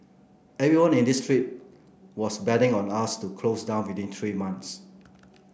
everyone in this street was betting on us to close down within three months